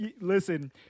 listen